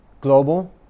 global